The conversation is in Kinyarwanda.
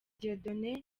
dieudonné